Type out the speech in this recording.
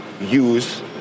use